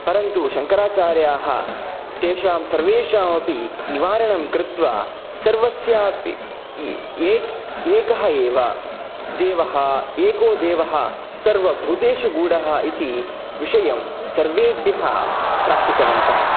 परन्तु शङ्कराचार्याः तेषां सर्वेषामपि निवारणं कृत्वा सर्वस्यापि एकः एव देवः एको देवः सर्वभूतेषु गूडः इति विषयं सर्वेभ्यः प्रापितवन्तः